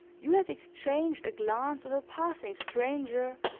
you have exchanged a glance with a passing stranger,